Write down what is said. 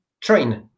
train